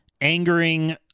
angering